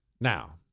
Now